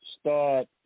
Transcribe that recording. start